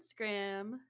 Instagram